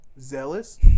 Zealous